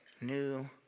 new